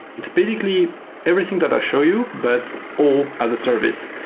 it's basically everything that i show you, but all as a service.